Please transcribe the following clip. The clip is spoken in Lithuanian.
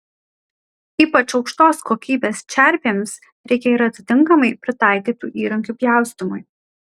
ypač aukštos kokybės čerpėms reikia ir atitinkamai pritaikytų įrankių pjaustymui